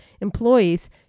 employees